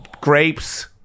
grapes